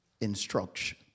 instruction